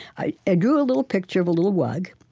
i ah drew a little picture of little wug,